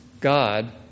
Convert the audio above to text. God